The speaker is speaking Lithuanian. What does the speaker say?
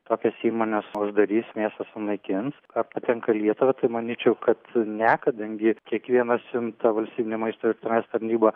tokias įmones uždarys mėsą sunaikins ar patenka į lietuvą tai manyčiau kad ne kadangi kiekvieną siuntą valstybinė maisto ir veterinarijos tarnyba